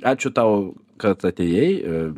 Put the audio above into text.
ačiū tau kad atėjai ir